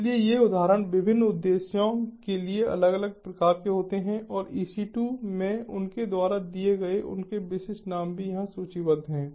इसलिए ये उदाहरण विभिन्न उद्देश्यों के लिए अलग अलग प्रकार के होते हैं और EC2 में उनके द्वारा दिए गए उनके विशिष्ट नाम भी यहाँ सूचीबद्ध हैं